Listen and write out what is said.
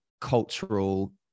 cultural